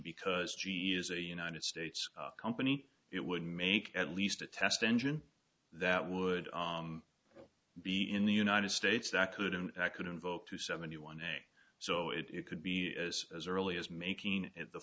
because g e is a united states company it would make at least a test engine that would be in the united states that could and could invoke to seventy one day so it could be as as early as making it the